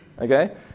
Okay